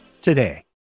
today